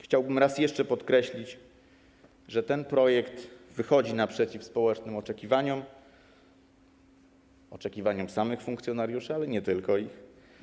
Chciałbym raz jeszcze podkreślić, że ten projekt wychodzi naprzeciw społecznym oczekiwaniom, oczekiwaniom samych funkcjonariuszy, ale nie tylko ich.